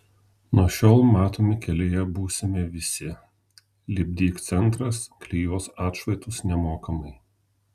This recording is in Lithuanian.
nuo šiol matomi kelyje būsime visi lipdyk centras klijuos atšvaitus nemokamai